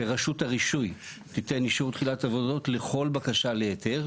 שרשות הרישוי תיתן אישור תחילת עבודות לכל בקשה להיתר,